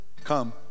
Come